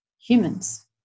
humans